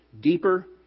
deeper